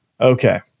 okay